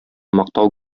мактау